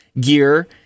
gear